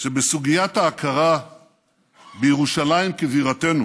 שבסוגיית ההכרה בירושלים כבירתנו,